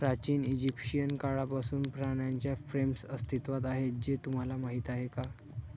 प्राचीन इजिप्शियन काळापासून पाण्याच्या फ्रेम्स अस्तित्वात आहेत हे तुम्हाला माहीत आहे का?